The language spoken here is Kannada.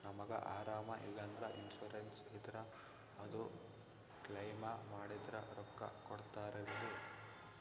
ನಮಗ ಅರಾಮ ಇಲ್ಲಂದ್ರ ಇನ್ಸೂರೆನ್ಸ್ ಇದ್ರ ಅದು ಕ್ಲೈಮ ಮಾಡಿದ್ರ ರೊಕ್ಕ ಕೊಡ್ತಾರಲ್ರಿ?